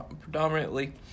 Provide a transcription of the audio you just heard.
predominantly